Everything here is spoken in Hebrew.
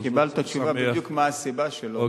קיבלת תשובה בדיוק מה הסיבה שלא,